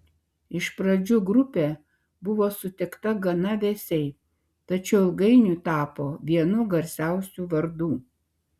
iš pradžių grupė buvo sutikta gana vėsiai tačiau ilgainiui tapo vienu garsiausių vardų